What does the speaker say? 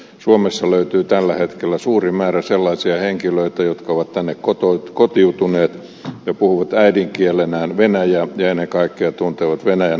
suomesta löytyy tällä hetkellä suuri määrä sellaisia henkilöitä jotka ovat tänne kotiutuneet ja puhuvat äidinkielenään venäjää ja ennen kaikkea tuntevat venäjän olosuhteet